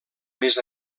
més